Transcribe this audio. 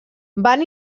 van